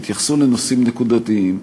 תתייחסו לנושאים נקודתיים,